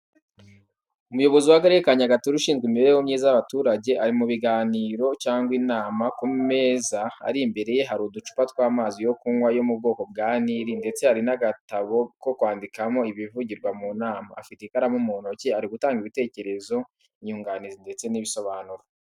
Umuyobozi w'Akarere ka Nyagatare ushinzwe imibereho myiza y'abaturage ari mu biganiro cyangwa inama, ku meza ari imbere ye hari uducupa tw’amazi yo kunywa yo mu bwoko kwa Nili ndetse hari n’agatabo ko kwandikamo ibivugirwa mu nama. Afite ikaramu mu ntoki, ari gutanga ibitekerezo, inyunganizi ndetse n’ibisobanuro.